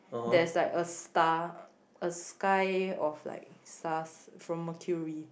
there's like a star a sky of like stars from mercury